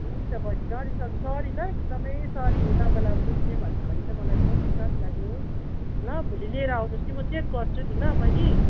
हुन्छ बहिनी नरिसाउनु सरी ल एकदमै सरी तपाईँलाई दुधले भन्दाखेरि चाहिँ मलाई एकदम बिस्वाद लाग्यो ल भोलि ल्याएर आउनुहोस् कि म चेक गर्छु नि ल बहिनी